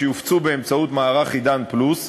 שיופצו באמצעות מערך "עידן פלוס",